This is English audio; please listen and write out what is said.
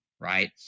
right